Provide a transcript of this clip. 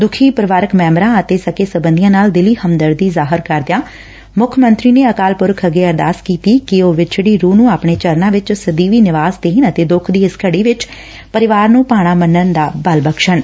ਦੁਖੀ ਪਰਿਵਾਰਕ ਮੈਂਬਰਾਂ ਅਤੇ ਸਾਕ ਸਬੰਧੀਆਂ ਨਾਲ ਦਿਲੀ ਹਮਦਰਦੀ ਜਾਹਰ ਕਰਦਿਆਂ ਮੁੱਖ ਮੰਤਰੀ ਨੇ ਅਕਾਲ ਪੁਰਖ ਅੱਗੇ ਅਰਦਾਸ ਕੀਤੀ ਕਿ ਉਹ ਵਿਛੜੀ ਰਹ ਨੂੰ ਆਪਣੇ ਚਰਨਾਂ ਵਿਚ ਸਦੀਵੀ ਨਿਵਾਸ ਦੇਣ ਅਤੇ ਦੁੱਖ ਦੀ ਇਸ ਘੜੀ ਵਿਚ ਪਰਿਵਾਰ ਨੂੰ ਭਾਣਾ ਮੰਨਣ ਦਾ ਬਲ ਬਖਸ਼ਣ